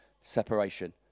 separation